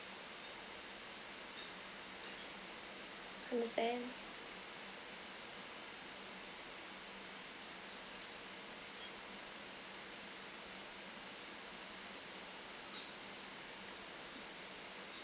understand